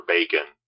Bacon